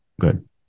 Good